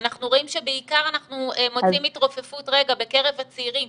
אנחנו רואים שבעיקר אנחנו מוצאים התרופפות בקרב הצעירים,